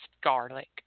garlic